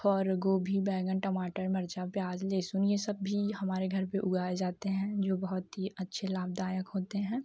और गोभी बैंगन टमाटर मिर्चा प्याज़ लहसुन यह सब भी हमारे घर पर उगाए जाते हैं जो बहुत ही अच्छे लाभदायक होते हैं